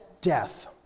death